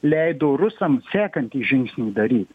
leido rusams sekantį žingsnį daryt